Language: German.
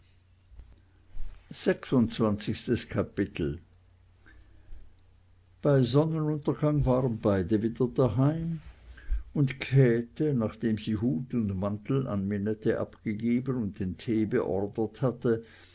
sechsundzwanzigstes kapitel bei sonnenuntergang waren beide wieder daheim und käthe nachdem sie hut und mantel an minette gegeben und den tee beordert hatte